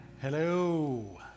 Hello